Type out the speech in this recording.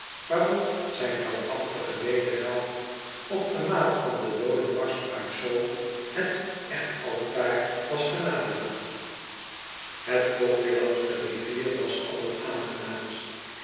waarop zijn heldha tige wederhelft op de maat van den doodenmarsch uit saul het echtaltaar was genaderd het tochtje langs de rivier was